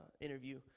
interview